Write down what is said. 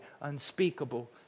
unspeakable